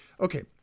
Okay